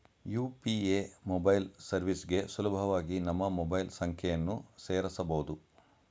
UPA mobile ಸರ್ವಿಸ್ಗೆ ಸುಲಭವಾಗಿ ನಮ್ಮ ಮೊಬೈಲ್ ಸಂಖ್ಯೆಯನ್ನು ಸೇರಸಬೊದು